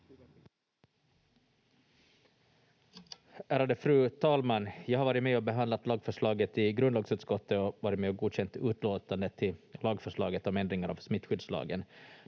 Ärade fru talman! Jag har varit med och behandlat lagförslaget i grundlagsutskottet och varit med och godkänt utlåtandet till lagförslaget om ändringar av smittskyddslagen.